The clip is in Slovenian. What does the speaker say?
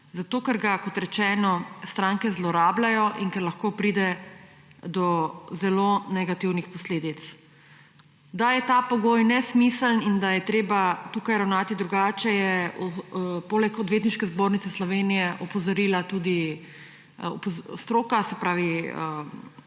Zato ker ga, kot rečeno, stranke zlorabljajo in ker lahko pride do zelo negativnih posledic. Da je ta pogoj nesmiseln in da je treba tukaj ravnati drugače, je poleg Odvetniške zbornice Slovenije opozorila tudi stroka, se pravi